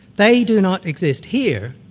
they do not exist here,